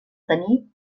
tenir